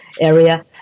area